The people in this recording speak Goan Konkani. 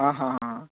आं हां हां